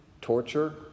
torture